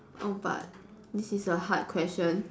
oh but this is a hard question